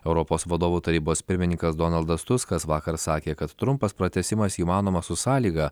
europos vadovų tarybos pirmininkas donaldas tuskas vakar sakė kad trumpas pratęsimas įmanomas su sąlyga